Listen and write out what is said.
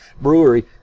brewery